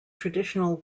traditional